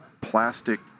plastic